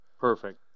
Perfect